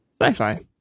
sci-fi